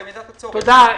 במידת הצורך- -- תודה.